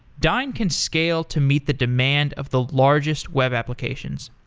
dyn can scale to meet the demand of the largest web applications.